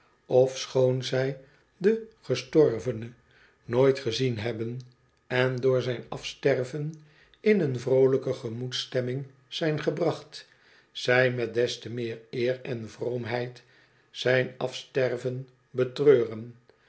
ofschoon zij den gestorvene nooit gezien hebben en door zijn afsterven in een vroolijke gemoedsstemming zijn gebracht zij met des te meer eer en vroomheid zyn afsterven betreuren